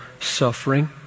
suffering